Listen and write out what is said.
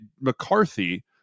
McCarthy